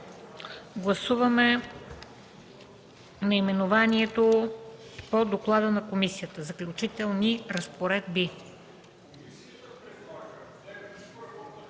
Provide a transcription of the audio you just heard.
Гласуваме наименованието по доклада на комисията: „Заключителни разпоредби”.